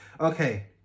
Okay